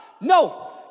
no